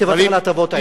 תוותר על ההטבות האלה.